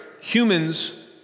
humans